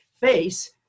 face